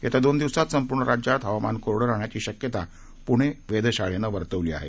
येत्या दोन दिवसात संपूर्ण राज्यात हवामान कोरडं राहण्याची शक्यता प्णे वेधशाळेनं वर्तवली आहे